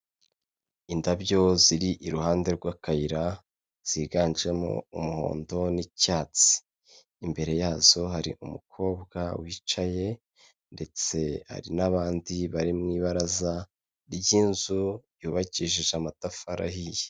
Indabyo ziri iruhande rw'akayira, ziganjemo umuhondo n'icyatsi. Imbere yazo, hari umukobwa wicaye, ndetse hari n'abandi bari mu ibaraza ry'inzu yubakishije amatafari ahiye.